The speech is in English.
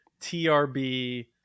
TRB